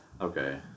Okay